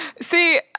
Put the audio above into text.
See